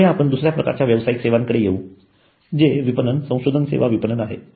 पुढे आपण दुसर्या प्रकारच्या व्यावसायिक सेवांकडे येऊ जे विपणन संशोधन सेवा विपणन आहे